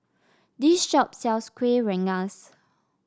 this shop sells Kuih Rengas